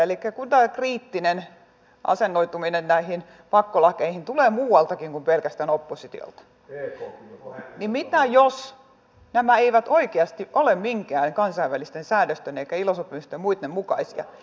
elikkä kun tämä kriittinen asennoituminen näihin pakkolakeihin tulee muualtakin kuin pelkästään oppositiolta niin mitä jos nämä eivät oikeasti ole minkään kansainvälisten säädösten eivätkä ilo sopimusten ja muitten mukaisia